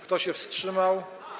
Kto się wstrzymał?